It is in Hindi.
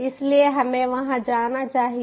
इसलिए हमें वहां जाना चाहिए